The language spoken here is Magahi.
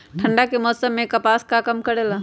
ठंडा के समय मे कपास का काम करेला?